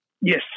Yes